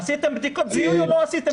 עשיתם בדיקות זיהוי או לא עשיתם?